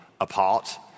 apart